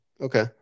Okay